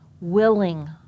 willing